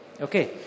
Okay